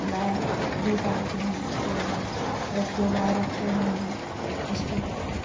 गाय भी पालते हैं दो एक दो गाय रखे हुए हैं उसको